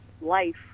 life